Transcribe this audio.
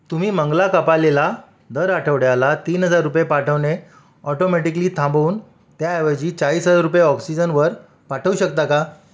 तुम्ही मंगला कपालेला दर आठवड्याला तीन हजार रुपये पाठवणे ऑटोमॅटिकली थांबवून त्याऐवजी चाळीस हजार रुपये ऑक्सिजनवर पाठवू शकता का